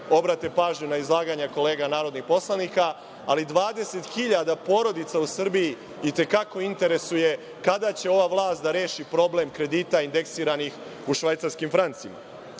obrate pažnju na izlaganje kolega narodnih poslanika, ali 20 hiljada porodica u Srbiji i te kako interesuje kada će ova vlast da reši problem kredita indeksiranih u švajcarskim francima?